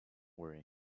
worry